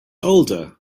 older